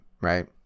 right